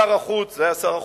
שר החוץ,